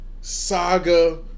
saga